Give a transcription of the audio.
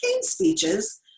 speeches